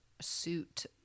suit